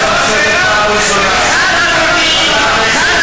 אני קורא אותך לסדר פעם ראשונה, אדוני.